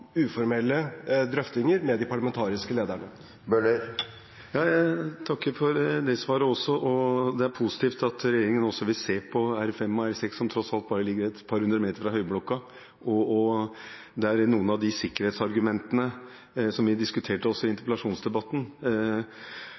uformelle drøftinger med de parlamentariske lederne. Jeg takker for det svaret også. Det er positivt at regjeringen også vil se på R5 og R6, som tross alt ligger bare et par hundre meter fra høyblokka, og der noen av de sikkerhetsargumentene som vi diskuterte også i interpellasjonsdebatten,